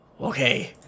Okay